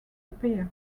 appear